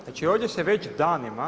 Znači ovdje se već danima…